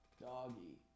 Doggy